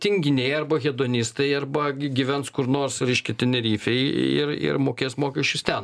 tinginiai arba hedonistai arba gyvens kur nors reiškia tenerifėj ir ir mokės mokesčius ten